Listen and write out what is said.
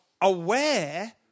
aware